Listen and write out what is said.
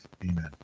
Amen